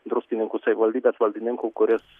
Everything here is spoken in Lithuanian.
druskininkų savivaldybės valdininkų kuris